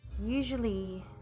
usually